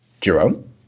Jerome